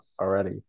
already